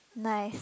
nice